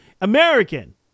American